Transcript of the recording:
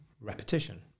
repetition